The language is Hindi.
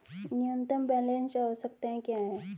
न्यूनतम बैलेंस आवश्यकताएं क्या हैं?